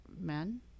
men